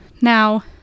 Now